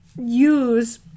use